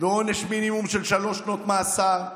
ועונש מינימום של שלוש שנות מאסר,